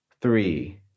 three